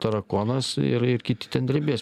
tarakonas ir ir kiti ten drebės